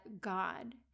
God